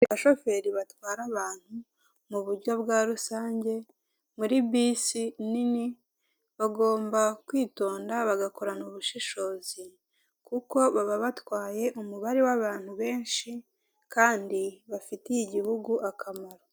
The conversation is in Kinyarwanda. Abashoferi batwara abantu muburyo bwa rusange muri bisi nini, bagomba kwitonda bagakorana ubushishozi, kuko baba batwaye umubare w'abantu benshi, kandi bafitiye igihugu akamaro.